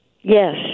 Yes